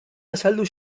azaldu